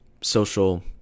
social